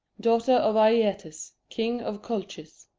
daughter of aietes, king of colchis.